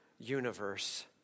Universe